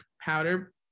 powder